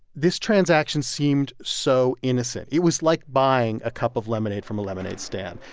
this transaction seemed so innocent. it was like buying a cup of lemonade from a lemonade stand.